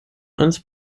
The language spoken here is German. eines